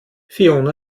fiona